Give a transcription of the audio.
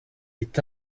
est